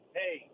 hey